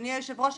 אדוני היושב ראש,